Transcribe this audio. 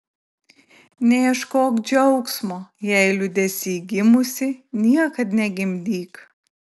neieškok džiaugsmo jei liūdesy gimusi niekad negimdyk